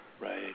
Right